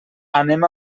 anem